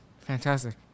Fantastic